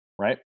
right